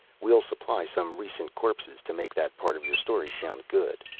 we'll supply some recent corpses to make that part of your story sound good.